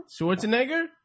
Schwarzenegger